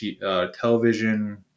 television